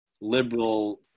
liberal